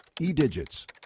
E-Digits